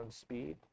speed